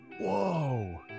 Whoa